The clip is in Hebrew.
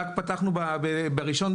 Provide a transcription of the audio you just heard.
רק פתחנו ב-1.3,